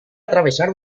atravesar